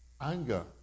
anger